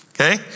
Okay